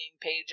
pages